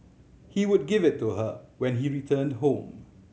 he would give it to her when he returned home